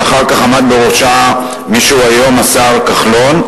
שאחר כך עמד בראשה מי שהוא היום השר כחלון.